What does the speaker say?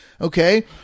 okay